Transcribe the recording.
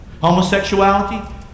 homosexuality